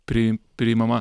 prii priimama